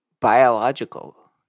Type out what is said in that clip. Biological